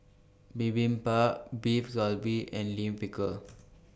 Bibimbap Beef Galbi and Lime Pickle